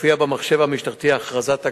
תופיע במחשב המשטרתי הכרזת הגנה,